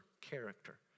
character